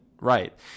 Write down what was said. right